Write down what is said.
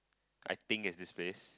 I think is this place